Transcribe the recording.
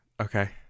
okay